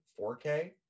4K